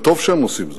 וטוב שהם עושים זאת.